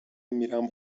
میرم